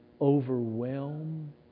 overwhelm